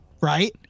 right